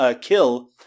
Kill